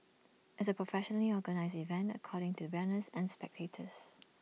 it's A professionally organised event catering to runners and spectators